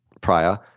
prior